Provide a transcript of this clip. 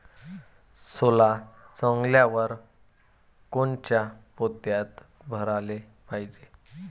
सोला सवंगल्यावर कोनच्या पोत्यात भराले पायजे?